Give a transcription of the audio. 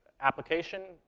application,